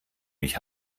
mich